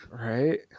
Right